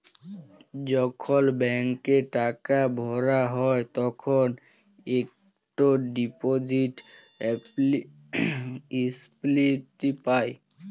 যখল ব্যাংকে টাকা ভরা হ্যায় তখল ইকট ডিপজিট ইস্লিপি পাঁই